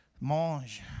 mange